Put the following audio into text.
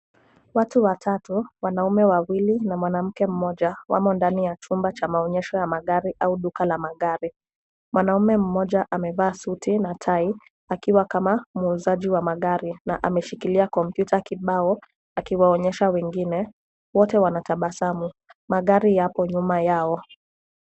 Watu watatu, wanaume wawili na mwanamke mmoja, wamo ndani ya chumba cha maonyesho ya magari au duka la magari. Mwanaume mmoja amevaa suti na tai, akiwa kama muuzaji wa magari na ameshikilia kompyuta kibao, akiwaonyesha wengine. Wote wanatabasamu. Magari yapo nyuma yao.